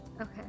okay